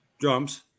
Drums